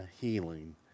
healing